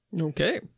Okay